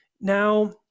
now